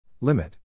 Limit